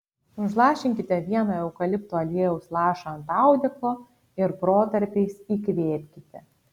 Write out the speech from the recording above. užlašinkite vieną eukalipto aliejaus lašą ant audeklo ir protarpiais įkvėpkite